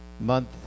month